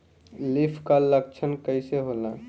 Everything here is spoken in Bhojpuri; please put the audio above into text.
लीफ कल लक्षण कइसन होला?